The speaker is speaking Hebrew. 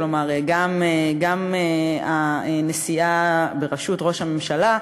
כלומר גם הנסיעה בראשות ראש הממשלה,